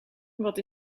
wat